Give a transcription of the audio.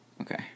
Okay